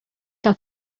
que